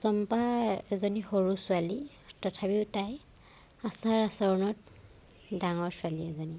চম্পা এজনী সৰু ছোৱালী তথাপিও তাই আচাৰ আচৰণত ডাঙৰ ছোৱালী এজনী